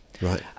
Right